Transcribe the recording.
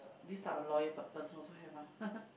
this type of loyal per~ person also have ah